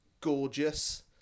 gorgeous